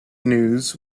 news